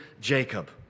Jacob